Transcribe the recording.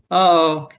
oh